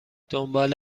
دنبال